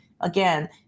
Again